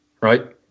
right